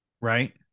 Right